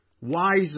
wiser